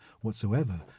whatsoever